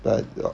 like you all